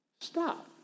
stop